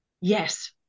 Yes